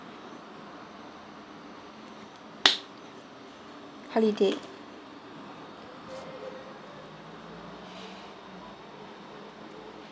holiday